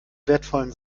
wertvollen